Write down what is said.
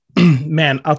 man